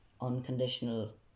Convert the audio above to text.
Unconditional